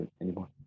anymore